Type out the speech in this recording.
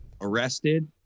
arrested